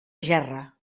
gerra